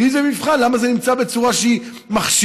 ואם זה במבחן, למה זה נמצא בצורה שהיא מכשילה?